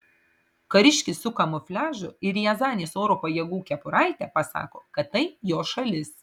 kariškis su kamufliažu ir riazanės oro pajėgų kepuraite pasako kad tai jo šalis